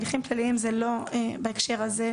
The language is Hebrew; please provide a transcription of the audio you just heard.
הליכים פליליים זה לא בהקשר הזה,